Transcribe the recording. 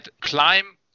climb